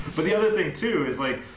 but the other thing too is like,